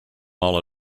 all